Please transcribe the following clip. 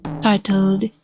titled